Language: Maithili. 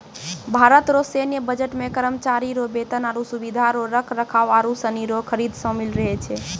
भारत रो सैन्य बजट मे करमचारी रो बेतन, आरो सुबिधा रो रख रखाव आरू सनी रो खरीद सामिल रहै छै